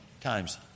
times